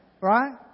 right